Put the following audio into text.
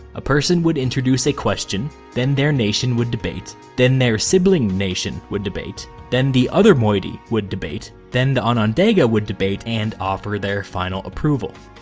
a person would introduce a question, then their nation would debate, then their sibling nation would debate, then the other moiety would debate, then the onondaga would debate and offer their final approval.